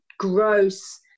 gross